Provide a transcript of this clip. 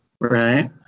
Right